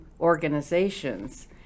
organizations